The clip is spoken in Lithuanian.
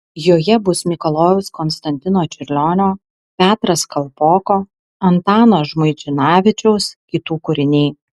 joje bus mikalojaus konstantino čiurlionio petras kalpoko antano žmuidzinavičiaus kitų kūriniai